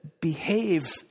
behave